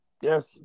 Yes